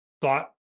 thought